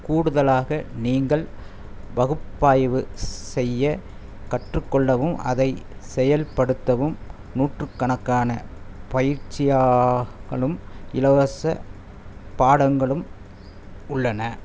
கூடுதலாக நீங்கள் பகுப்பாய்வு செய்ய கற்றுக்கொள்ளவும் அதை செயல்படுத்தவும் நூற்றுக்கணக்கான பயிற்சியாளகளும் இலவச பாடங்களும் உள்ளன